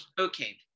okay